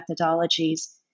methodologies